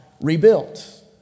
rebuilt